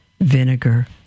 vinegar